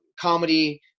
comedy